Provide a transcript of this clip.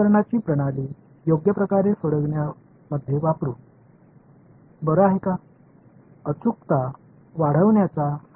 எனவே இது துல்லியத்தன்மையை அதிகரிப்பதற்கானN அதிகரிப்பதற்கான ஒரு வழியாகும்